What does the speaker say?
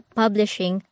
publishing